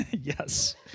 Yes